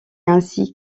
ainsi